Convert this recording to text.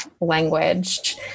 language